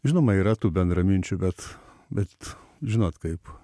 žinoma yra tų bendraminčių bet bet žinot kaip